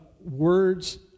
words